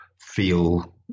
feel